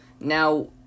Now